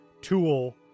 tool